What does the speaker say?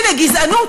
הנה גזענות,